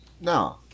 No